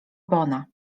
bona